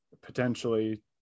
potentially